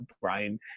Brian